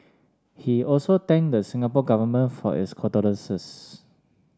he also thanked the Singapore Government for its condolences